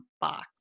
box